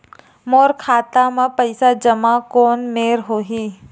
मोर खाता मा पईसा जमा कोन मेर होही?